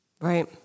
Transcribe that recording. Right